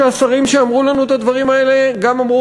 שהשרים שאמרו לנו את הדברים האלה גם אמרו